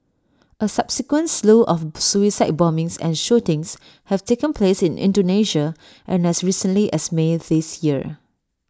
A subsequent slew of suicide bombings and shootings have taken place in Indonesia and as recently as may this year